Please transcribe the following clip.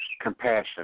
compassion